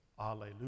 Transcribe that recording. Alleluia